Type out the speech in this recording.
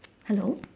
hello